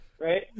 Right